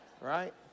Right